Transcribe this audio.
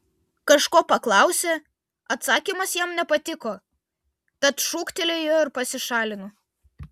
kažko paklausė atsakymas jam nepatiko tad šūktelėjo ir pasišalino